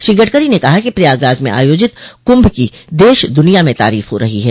श्री गडकरी ने कहा कि प्रयागराज में आयोजित कुंभ की देश दुनिया में तारीफ हो रही है